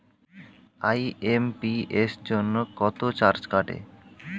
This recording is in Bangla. আই.এম.পি.এস জন্য কত চার্জ কাটে?